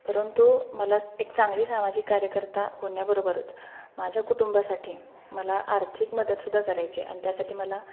परंतु मला श एक चांगली सामाजिक कार्यकर्ता होण्याबरोबरच माझ्या कुटुंबासाठी मला आर्थिक मदतसुद्धा करायची आहे आणि त्यासाठी मला